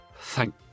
Thank